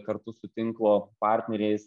kartu su tinklo partneriais